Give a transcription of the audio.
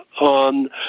on